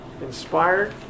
inspired